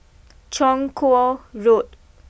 Chong Kuo Road